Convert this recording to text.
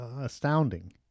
astounding